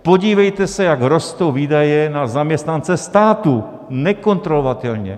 Podívejte se, jak rostou výdaje na zaměstnance státu, nekontrolovatelně.